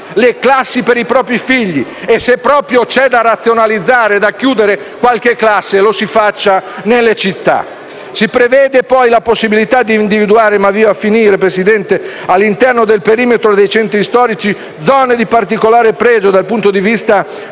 le classi per i propri figli. E se proprio c'è da razionalizzare e da chiudere qualche classe, lo si faccia nelle città. Si prevede la possibilità di individuare, all'interno del perimetro dei centri storici, zone di particolare pregio dal punto di vista della